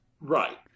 Right